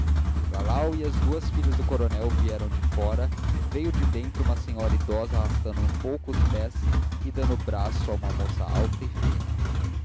as duas filhas do coronel vieram de fora veio de dentro uma senhora idosa arrastando um pouco os pés e dando o braço a uma moça alta e fina